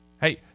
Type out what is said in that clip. Hey